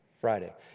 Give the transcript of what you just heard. Friday